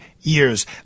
years